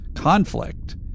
conflict